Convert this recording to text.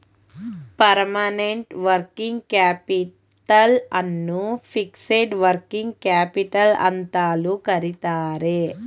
permanent working capital ಅನ್ನು fixed working capital ಅಂತಲೂ ಕರಿತರೆ